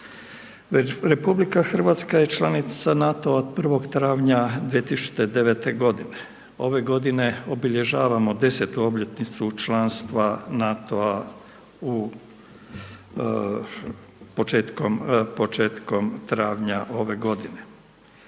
RH je članica NATO-a od 1. travnja 2009. godine, ove godine obilježavamo 10 obljetnicu članstva NATO-a u početkom, početkom travnja ove godine.